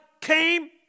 came